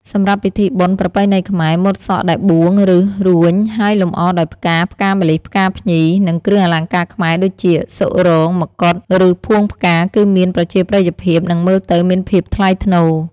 សម្រាប់ពិធីបុណ្យប្រពៃណីខ្មែរ ម៉ូតសក់ដែល បួង ឬ រួញ ហើយលម្អដោយផ្កា ផ្កាម្លិះ ផ្កាភ្ញី និងគ្រឿងអលង្ការខ្មែរដូចជា សុរង មកុដ ឬផួងផ្កា គឺមានប្រជាប្រិយភាព និងមើលទៅមានភាពថ្លៃថ្នូរ ។